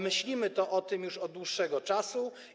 Myślimy o tym już od dłuższego czasu.